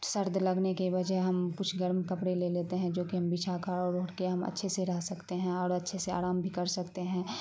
سرد لگنے کے وجہ ہم کچھ گرم کپڑے لے لیتے ہیں جوکہ ہم بچھا کر اور اوڑھ کے ہم اچھے سے رہ سکتے ہیں اور اچھے سے آرام بھی کر سکتے ہیں